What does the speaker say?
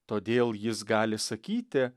todėl jis gali sakyti